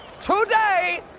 today